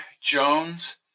Jones